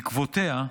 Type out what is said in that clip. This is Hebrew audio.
בעקבותיה,